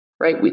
Right